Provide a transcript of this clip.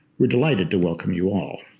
we're delighted to welcome you all.